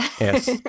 Yes